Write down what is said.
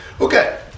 okay